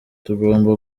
tugomba